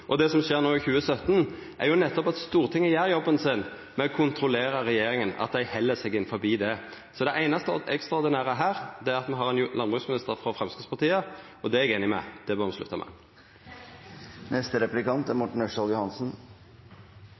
ein politikk som ikkje har fleirtal i Stortinget. Det som skjedde både i 2014, og det som skjer no i 2017, er nettopp at Stortinget gjer jobben sin med å kontrollera at regjeringa held seg innanfor det. Så det einaste ekstraordinære her er at me har ein landbruksminister frå Framstegspartiet, og det er eg einig i at me bør slutta med.